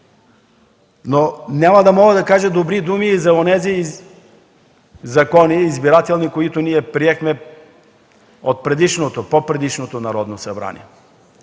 Няма да мога да кажа добри думи и за онези избирателни закони, които ние приехме от предишното, по-предишното Народно събрание.